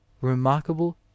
remarkable